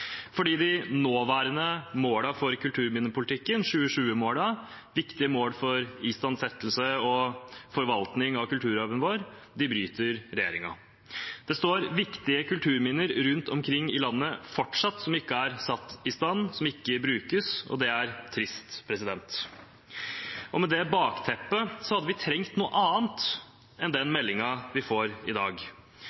De nåværende målene for kulturminnepolitikken – 2020-målene – som er viktige mål for istandsettelse og forvaltning av kulturarven vår, bryter regjeringen. Det står viktige kulturminner rundt omkring i landet som fortsatt ikke er satt i stand, og som ikke brukes, og det er trist. Med det bakteppet hadde vi trengt noe annet enn den